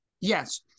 Yes